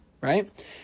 right